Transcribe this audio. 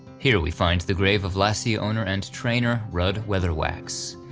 here we find the grave of lassie owner and trainer, rudd weatherwax.